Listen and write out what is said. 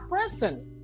person